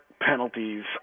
penalties